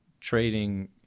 trading